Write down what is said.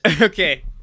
okay